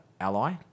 ally